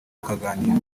tukaganira